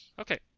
okay